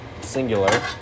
Singular